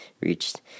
reached